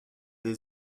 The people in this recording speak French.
des